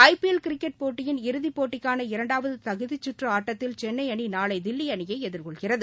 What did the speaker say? ஐ P L cricket போட்டியின் இறுதிப் போட்டிக்கான இரண்டாவது தகுதிச் கற்று ஆட்டத்தில் சென்னை அணி நாளை தில்லி அணியை எதிர்கொள்கிறது